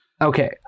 okay